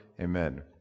Amen